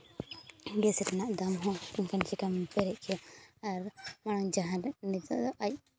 gas ᱨᱮᱭᱟᱜ ᱫᱟᱢ ᱦᱚᱸ ᱮᱱᱠᱷᱟᱱ ᱪᱤᱠᱟᱹᱢ ᱯᱮᱨᱮᱡ ᱠᱮᱜᱼᱟ ᱢᱟᱲᱟᱝ ᱡᱟᱦᱟᱸ ᱱᱤᱛᱚᱜ ᱫᱚ ᱟᱡ